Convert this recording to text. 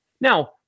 Now